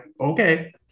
okay